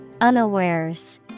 Unawares